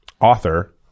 author